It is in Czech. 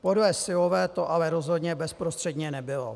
Podle Syllové to ale rozhodně bezprostředně nebylo.